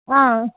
ஆ